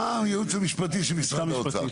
אה, הייעוץ המשפטי של משרד האוצר.